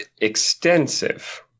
Extensive